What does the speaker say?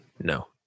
No